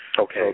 Okay